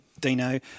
Dino